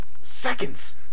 seconds